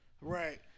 right